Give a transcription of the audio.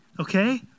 Okay